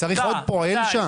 צריך עוד פועל שם?